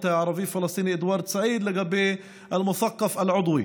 הערבי-פלסטיני אדוארד סעיד לגבי אל-מות'קף אל-עוצ'ווי,